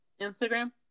Instagram